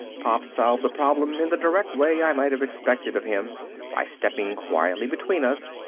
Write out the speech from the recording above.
pop solved the problem in the direct way i might have expected of him by stepping quietly between us,